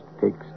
takes